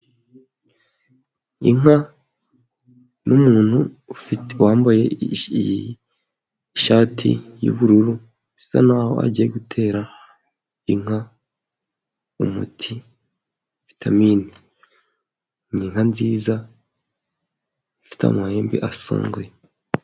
Inka n'umuntu ufite, wambaye ishati y'ubururu, bisa n'aho agiye gutera inka umuti. Vitamini. Ni inka nziza, ifite amahembe asongoye.